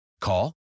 Call